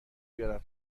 بیارم